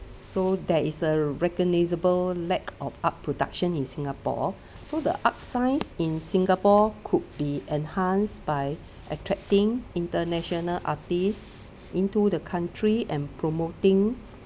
so there is a recognisable lack of art production in singapore so the art science in singapore could be enhanced by attracting international artists into the country and promoting